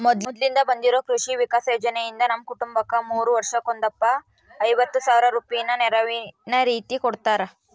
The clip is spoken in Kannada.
ಮೊದ್ಲಿಂದ ಬಂದಿರೊ ಕೃಷಿ ವಿಕಾಸ ಯೋಜನೆಯಿಂದ ನಮ್ಮ ಕುಟುಂಬಕ್ಕ ಮೂರು ವರ್ಷಕ್ಕೊಂದಪ್ಪ ಐವತ್ ಸಾವ್ರ ರೂಪಾಯಿನ ನೆರವಿನ ರೀತಿಕೊಡುತ್ತಾರ